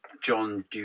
John